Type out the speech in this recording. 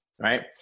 right